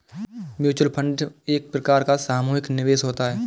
mutual fund एक प्रकार का सामुहिक निवेश होता है